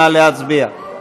נא להצביע.